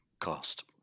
cost